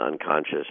unconscious